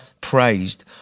praised